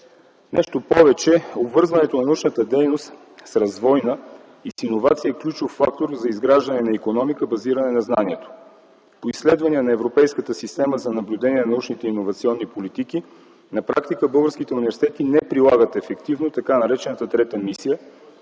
Нещо повече, обвързването на научната дейност с развойна и с иновации е ключов фактор за изграждане на икономика, базирана на знанието. По изследвания на Европейската система за наблюдение на научните иновационни политики на практика българските университети не прилагат ефективно така наречената трета мисия,